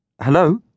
Hello